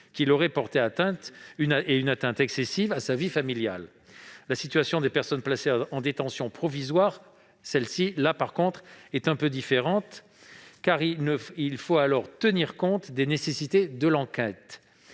qu'il aurait porté atteinte excessive à sa vie familiale. La situation des personnes placées en détention provisoire est, quant à elle, différente, car il faut, dans ce cas, tenir compte des nécessités de l'enquête